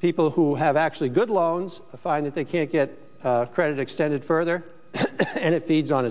people who have actually good loans find that they can't get credit extended further and it feeds on